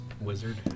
wizard